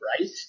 Right